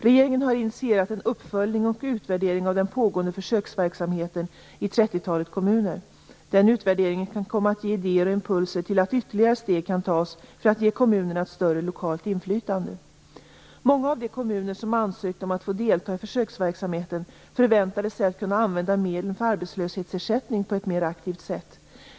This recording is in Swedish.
Regeringen har initierat en uppföljning och utvärdering av den pågående försöksverksamheten i trettiotalet kommuner. Den utvärderingen kan komma att ge idéer och impulser till att ytterligare steg kan tas för att ge kommunerna ett större lokalt inflytande. Många av de kommuner som ansökte om att få delta i försöksverksamheten förväntade sig att kunna använda medlen för arbetslöshetsersättning på ett mer aktivt sätt.